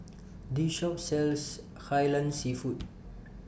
This Shop sells Kai Lan Seafood